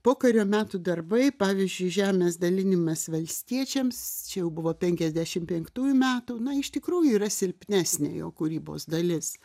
pokario metų darbai pavyzdžiui žemės dalinimas valstiečiams čia jau buvo penkiasdešim penktųjų metų na iš tikrųjų yra silpnesnė jo kūrybos dalis